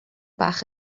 bach